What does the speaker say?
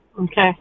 Okay